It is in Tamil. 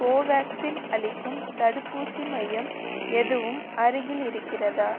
கோவேக்சின் அளிக்கும் தடுப்பூசி மையம் எதுவும் அருகில் இருக்கிறதா